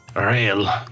real